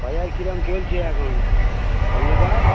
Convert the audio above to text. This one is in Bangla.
বাজার কীরম চলছে এখন স্বর্ণকার